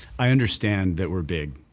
i understand that we're big,